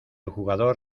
jugador